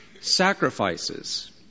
sacrifices